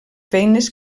feines